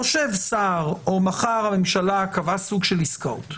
חושב שר או מחר הממשלה קבעה סוג של עסקאות,